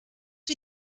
wie